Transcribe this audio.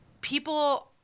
people